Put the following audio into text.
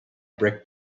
brick